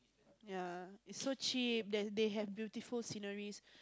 yeah is so cheap and then they have beautiful scenery